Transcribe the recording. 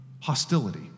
hostility